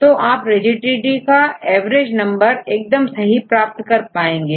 तो आपrigidity का एवरेज नंबर एकदम सहीप्राप्त करेंगे